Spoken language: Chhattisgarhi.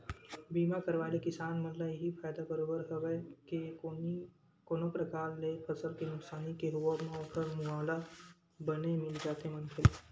बीमा करवाय ले किसान मन ल इहीं फायदा बरोबर हवय के कोनो परकार ले फसल के नुकसानी के होवब म ओखर मुवाला बने मिल जाथे मनखे ला